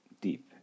deep